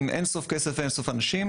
עם אין סוף כסף ואין סוף אנשים,